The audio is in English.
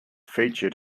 featured